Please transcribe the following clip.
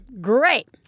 Great